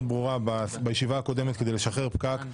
ברורה בישיבה הקודמת כדי לשחרר פקק.